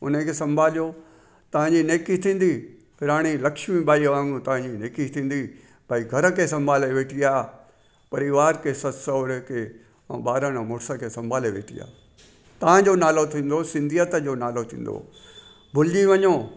उन खे संभालियो तव्हांजी नेकी थींदी राणी लक्ष्मी बाई वांग़ुरु नेकी थींदी भई घर खे संभाले वेठी आहे परिवार खे ससु सहुरे खे ऐं ॿारनि ऐं मुड़्स खे संभाले वेठी आहे तव्हांजो नालो थींदो सिंधीयत जो नालो थींदो भुलिजी वञो